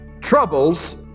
Troubles